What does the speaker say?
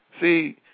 See